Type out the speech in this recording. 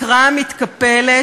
התקרה המתקפלת,